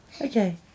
Okay